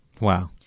Wow